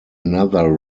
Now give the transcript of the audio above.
another